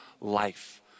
life